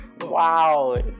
Wow